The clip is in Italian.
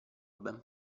ben